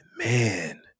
man